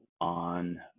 on